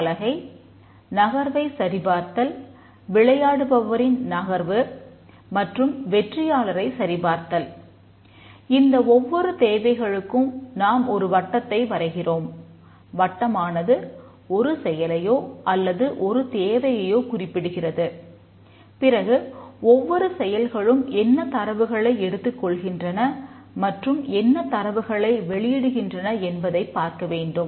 பிறகு ஒவ்வொரு செயல்களும் என்ன தரவுகளை எடுத்துக்கொள்கின்றன மற்றும் என்ன தரவுகளை வெளியிடுகின்றன என்பதைப் பார்க்க வேண்டும்